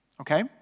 Okay